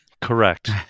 Correct